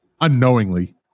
unknowingly